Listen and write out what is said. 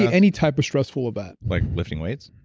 any type of stressful event like lifting weights?